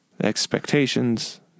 Expectations